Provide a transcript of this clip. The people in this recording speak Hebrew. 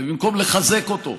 ובמקום לחזק אותו,